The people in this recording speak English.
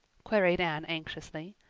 queried anne anxiously.